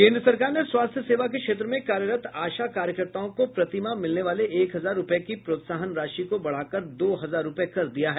केन्द्र सरकार ने स्वास्थ्य सेवा के क्षेत्र में कार्यरत आशा कार्यकर्ताओं को प्रतिमाह मिलने वाले एक हजार रूपये की प्रोत्साहन राशि को बढ़ाकर दो हजार रूपये कर दिया है